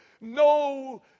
No